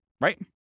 Right